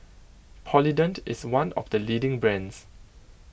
Polident is one of the leading brands